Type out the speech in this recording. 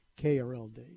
KRLD